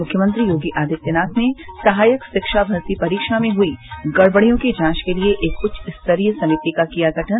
मुख्यमंत्री योगी आदित्यनाथ ने सहायक शिक्षा भर्ती परीक्षा में हुई गड़बड़ियों की जांच के लिए एक उच्च स्तरीय समिति का किया गठन